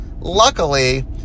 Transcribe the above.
luckily